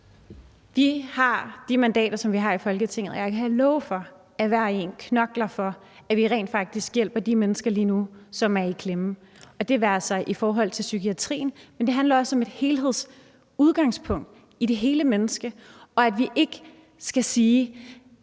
Vi har de mandater i Folketinget, som vi har, og jeg kan love for, at hver og en af dem knokler for, at vi rent faktisk hjælper de mennesker lige nu, som er i klemme, og det være sig i forhold til psykiatrien; men det handler også om et udgangspunkt i det hele menneske, og at vi ikke skal sige,